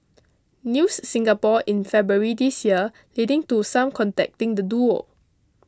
News Singapore in February this year leading to some contacting the duo